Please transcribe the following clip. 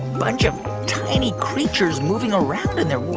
bunch of tiny creatures moving around in there.